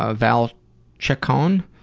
ah val ciccone